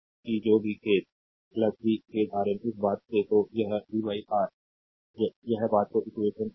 कि जो भी खेद v खेद Rn इस बात से तो यह v यह बात है तो ये इक्वेशन आगे